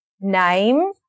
name